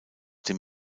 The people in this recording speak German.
dem